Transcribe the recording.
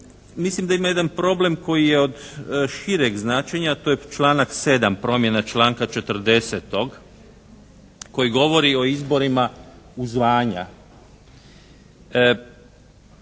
mislim da ima jedan problem koji je od šireg značenja a to je članak 7., promjena članka 40. koji govori o izborima u zvanja.